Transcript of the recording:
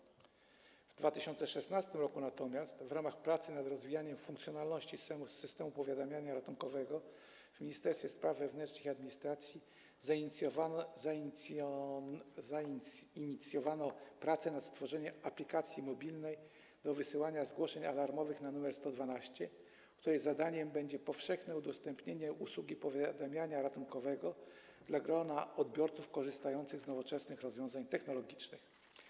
Natomiast w 2016 r. w ramach pracy nad rozwijaniem funkcjonalności systemu powiadamiania ratunkowego w Ministerstwie Spraw Wewnętrznych i Administracji zainicjowano prace nad stworzeniem aplikacji mobilnej do wysyłania zgłoszeń alarmowych na numer 112, której zadaniem będzie powszechne udostępnienie usługi powiadamiania ratunkowego gronu odbiorców korzystających z nowoczesnych rozwiązań technologicznych.